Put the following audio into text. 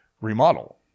remodel